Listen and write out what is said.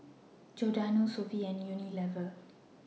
Giordano Sofy and Unilever